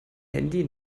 handy